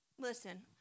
listen